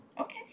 Okay